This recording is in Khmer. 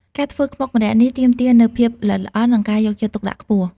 ការធ្វើខ្មុកម្រ័ក្សណ៍នេះ ទាមទារនូវភាពល្អិតល្អន់ និងការយកចិត្តទុកដាក់ខ្ពស់។